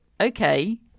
Okay